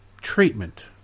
treatment